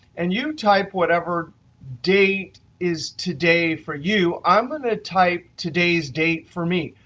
and you type whatever date is today for you. i'm going to type today's date for me,